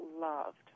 loved